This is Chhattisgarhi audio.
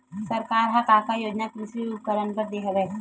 सरकार ह का का योजना कृषि उपकरण बर दे हवय?